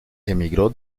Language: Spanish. emigró